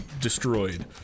destroyed